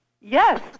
Yes